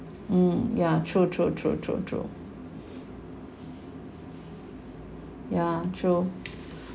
mm ya true true true true true ya true